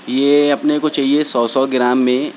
یہ اپنے کو چاہیے سو سو گرام میں